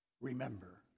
remember